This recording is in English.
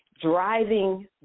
Driving